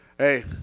Hey